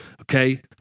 Okay